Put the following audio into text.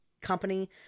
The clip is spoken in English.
company